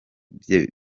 bye